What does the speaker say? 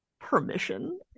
Permission